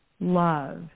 love